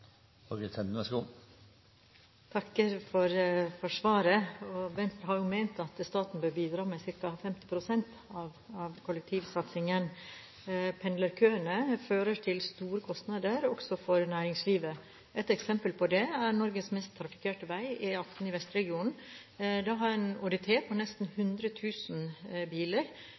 for svaret. Venstre har jo ment at staten bør bidra med ca. 50 pst. av kollektivsatsingen. Pendlerkøene fører til store kostnader, også for næringslivet. Et eksempel på det er Norges mest trafikkerte vei, E18 i Vestregionen. Den har en ÅDT på nesten 100 000 biler.